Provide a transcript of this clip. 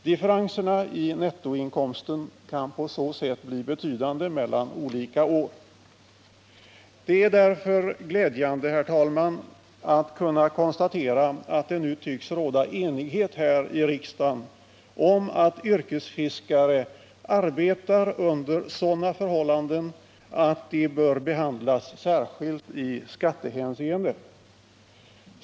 Differenserna i nettoinkomsten kan på så sätt bli betydande mellan olika år. Det är därför, herr talman, glädjande att kunna konstatera att det nu tycks råda enighet i riksdagen om att yrkesfiskare arbetar under sådana förhållanden att de bör behandlas särskilt i skattehänseende.